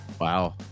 Wow